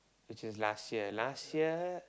which is last year last year